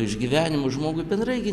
išgyvenimo žmogui bendrai gi